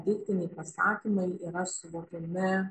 deiktiniai pasakymai yra suvokiami